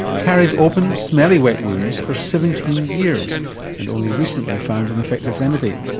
carried open, smelly, wet wounds for seventeen years and only recently found an effective remedy.